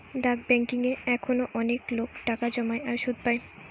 ডাক বেংকিং এ এখনো অনেক লোক টাকা জমায় আর সুধ পায়